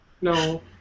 No